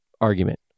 argument